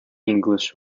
english